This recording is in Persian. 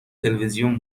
تلویزیون